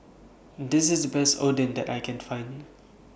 This IS The Best Oden that I Can Find